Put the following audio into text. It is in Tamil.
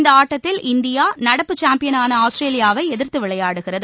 இந்த ஆட்டத்தில் இந்தியா நடப்புச் சாம்பியனான ஆஸ்திரேலியாவை எதிா்த்து விளையாடுகிறது